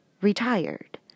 retired